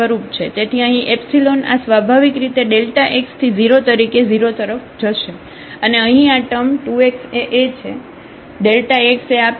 તેથી અહીં આ સ્વાભાવિક રીતેx→0તરીકે 0 તરફ જશે અને અહીં આ ટર્મ 2x એ A છે x એ આપેલ છે